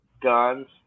Guns